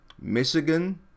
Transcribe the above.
Michigan